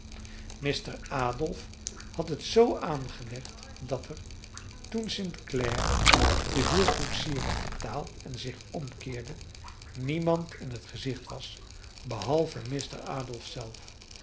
mr adolf had het zoo aangelegd dat er toen st clare den huurkoetsier had betaald en zich omkeerde niemand in het gezicht was behalve mr adolf zelf